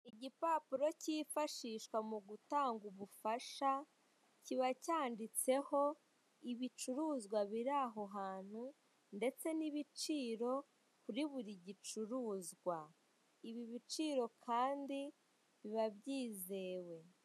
Igipapuro kifashishwa mu gutanga ubufasha, kiba cyanditseho ibicuruzwa biri aho hantu ndetse n'ibiciro kuri buri gicuruzwa, ibi biciro kandi biba byizewe.